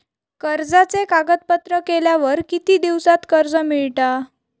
कर्जाचे कागदपत्र केल्यावर किती दिवसात कर्ज मिळता?